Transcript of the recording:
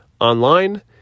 online